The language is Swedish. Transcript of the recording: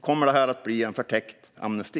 Kommer det att bli en förtäckt amnesti?